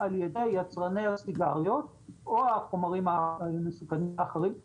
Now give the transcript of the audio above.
על ידי יצרני הסיגריות או החומרים המסוכנים האחרים,